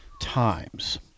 Times